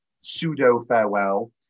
pseudo-farewell